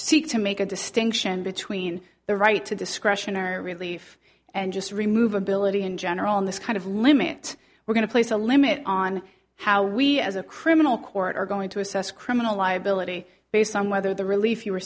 seek to make a distinction between the right to discretionary relief and just remove ability in general in this kind of limit we're going to place a limit on how we as a criminal court are going to assess criminal liability based on whether the relief you